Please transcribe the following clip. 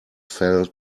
fell